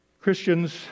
Christians